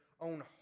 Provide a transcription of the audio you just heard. own